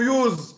use